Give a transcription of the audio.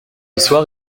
soir